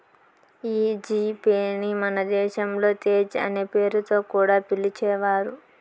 ఈ జీ పే ని మన దేశంలో తేజ్ అనే పేరుతో కూడా పిలిచేవారు